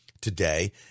today